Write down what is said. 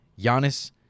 Giannis